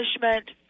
punishment